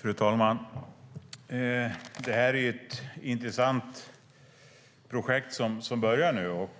Fru talman! Det är ett intressant projekt som börjar nu, och